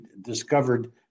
discovered